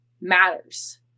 matters